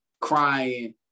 crying